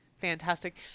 fantastic